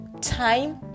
time